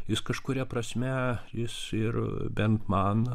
jis kažkuria prasme jis ir bent man